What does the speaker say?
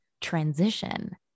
transition